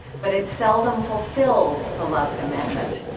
but it seldom fulfills the love commandment.